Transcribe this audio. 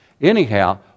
Anyhow